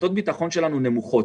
רשתות הביטחון שלנו נמוכות.